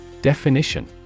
Definition